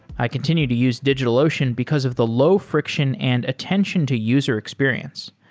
i continue to use digitalocean because of the low friction and attention to user experience.